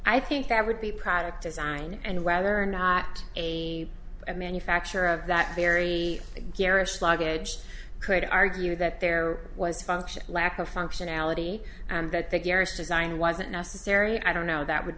i think that would be product design and whether or not a manufacturer of that very garish luggage crate argued that there was a function lack of functionality and that they garish design wasn't necessary i don't know that would